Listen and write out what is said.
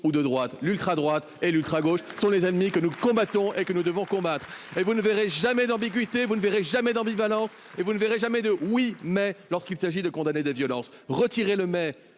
ou de droite, l'ultra-droite et l'ultra-gauche sont les ennemis que nous combattons et que nous devons combattre et vous ne verrez jamais d'ambiguïté. Vous ne verrez jamais d'ambivalence et vous ne verrez jamais de oui mais lorsqu'il s'agit de condamner des violences retirer Lemay